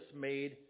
made